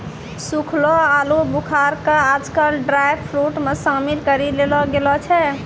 सूखलो आलूबुखारा कॅ आजकल ड्रायफ्रुट मॅ शामिल करी लेलो गेलो छै